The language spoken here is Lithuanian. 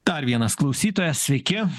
dar vienas klausytojas sveiki